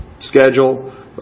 Schedule